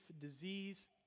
disease